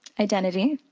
identity.